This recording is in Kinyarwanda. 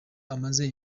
amaze